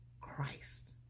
Christ